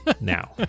Now